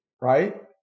right